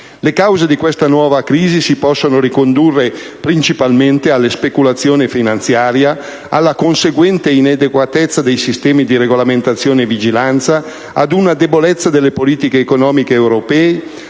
Le cause di questa nuova crisi si possono ricondurre principalmente ai seguenti fattori: speculazione finanziaria, conseguente inadeguatezza dei sistemi di regolamentazione e vigilanza, debolezza delle politiche economiche europee,